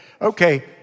Okay